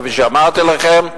כפי שאמרתי לכם.